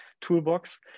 toolbox